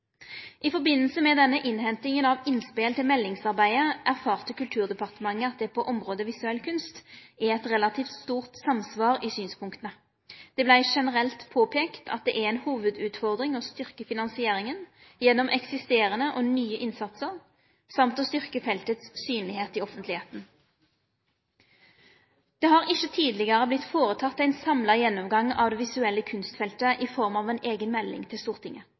I samband med denne innhentinga av innspel til meldingsarbeidet erfarte Kulturdepartementet at det på området visuell kunst er eit relativt stort samsvar i synspunkta. Det vart generelt påpeikt at det er ei hovudutfordring å styrke finansieringa gjennom eksisterande og nye innsatsar samt å styrke feltet i å vere synleg i det offentlege. Det har ikkje tidlegare vorte føreteke ein samla gjennomgang av det visuelle kunstfeltet i form av ei eiga melding til Stortinget.